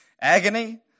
Agony